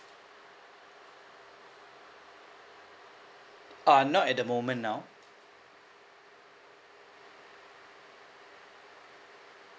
uh not at the moment now